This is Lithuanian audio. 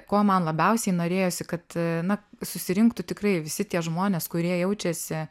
ko man labiausiai norėjosi kad na susirinktų tikrai visi tie žmonės kurie jaučiasi